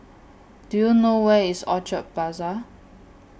Do YOU know Where IS Orchard Plaza